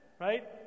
right